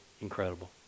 incredible